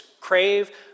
crave